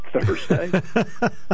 Thursday